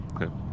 Okay